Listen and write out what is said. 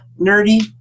nerdy